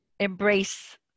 embrace